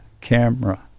camera